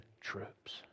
troops